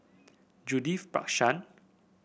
Judith Prakash